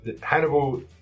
Hannibal